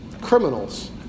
Criminals